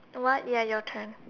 what ya your turn